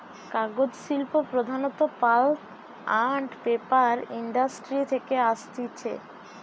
কাগজ শিল্প প্রধানত পাল্প আন্ড পেপার ইন্ডাস্ট্রি থেকে আসতিছে